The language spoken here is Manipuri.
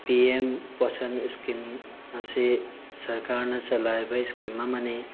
ꯄꯤ ꯑꯦꯝ ꯄꯣꯁꯟ ꯁ꯭ꯀꯤꯝ ꯑꯁꯤ ꯁꯔꯀꯥꯔꯅ ꯆꯂꯥꯏꯕ ꯁ꯭ꯀꯤꯝ ꯑꯃꯅꯤ